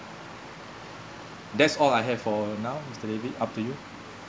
that's all I have for now mister david up to you